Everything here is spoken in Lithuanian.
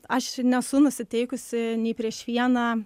aš nesu nusiteikusi nei prieš vieną